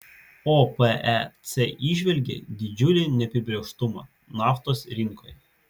opec įžvelgia didžiulį neapibrėžtumą naftos rinkoje